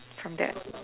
from that